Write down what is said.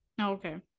okay